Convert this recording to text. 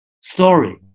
story